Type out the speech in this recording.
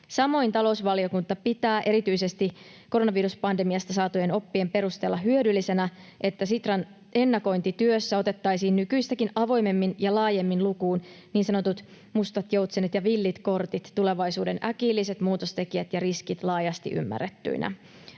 Samoin talousvaliokunta pitää erityisesti koronaviruspandemiasta saatujen oppien perusteella hyödyllisenä, että Sitran ennakointityössä otettaisiin nykyistäkin avoimemmin ja laajemmin lukuun niin sanotut mustat joutsenet ja villit kortit, tulevaisuuden äkilliset muutostekijät ja riskit laajasti ymmärrettyinä.